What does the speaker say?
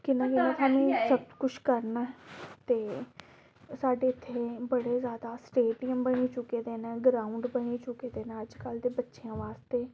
कि'यां कि'यां थुआनूं सब कुछ करना ते साढ़े इत्थै बड़े जादा स्टेडियम बनी चुके दे न ग्राउंड बनी चुके दे न अज्जकल दे बच्चें बास्तै